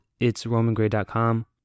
itsromangray.com